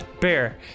Bear